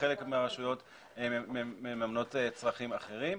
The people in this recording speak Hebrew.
בחלק מהרשויות הן מממנות צרכים אחרים,